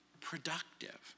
productive